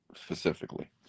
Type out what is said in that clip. specifically